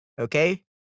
Okay